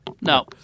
no